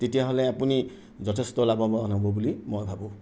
তেতিয়াহ'লে আপুনি যথেষ্ট লাভবান হ'ব বুলি মই ভাবোঁ